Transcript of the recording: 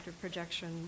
projection